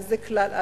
וזה כלל,